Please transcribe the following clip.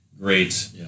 great